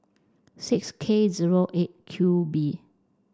six K eight Q B